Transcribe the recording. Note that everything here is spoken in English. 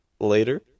later